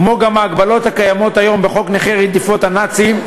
כמו ההגבלות הקיימות היום בחוק נכי רדיפות הנאצים,